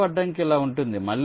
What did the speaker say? నిలువు అడ్డంకి ఇలా ఉంటుంది